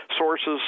sources